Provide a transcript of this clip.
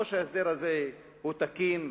או שההסדר הזה הוא תקין,